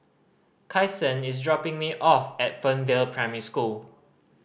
Kyson is dropping me off at Fernvale Primary School